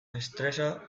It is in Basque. estresa